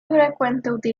frecuentemente